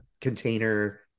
container